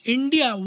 India